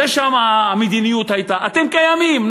זו המדיניות שהייתה: אתם קיימים,